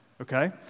okay